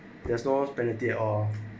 there is no penalty at all